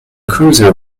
cruiser